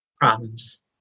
problems